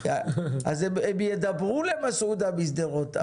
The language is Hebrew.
הם ידברו למסעודה משדרות,